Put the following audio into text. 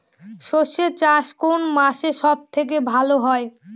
সর্ষে চাষ কোন মাসে সব থেকে ভালো হয়?